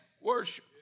worship